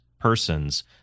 persons